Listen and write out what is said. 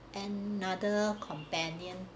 another companion